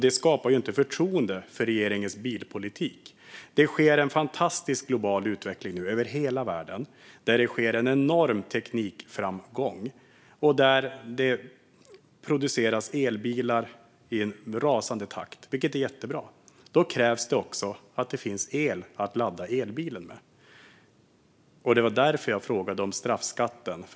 Det skapar inte förtroende för regeringens bilpolitik. Det sker nu en fantastisk global utveckling över hela världen med enorma tekniska framsteg. Det produceras elbilar i en rasande takt, vilket är jättebra. Men då krävs det också att det finns el att ladda elbilen med. Det var därför jag frågade om straffskatten.